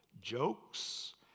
jokes